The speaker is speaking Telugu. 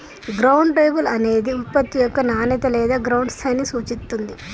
గ్రౌండ్ లేబుల్ అనేది ఉత్పత్తి యొక్క నాణేత లేదా గ్రౌండ్ స్థాయిని సూచిత్తుంది